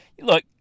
look